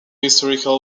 historical